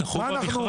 הם זכו במכרז.